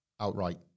outright